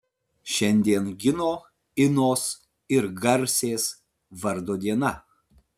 šiandien gino inos ir garsės vardo diena